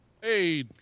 hey